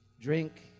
drink